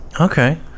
Okay